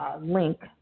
link